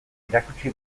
erakutsi